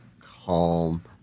calm